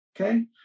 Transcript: okay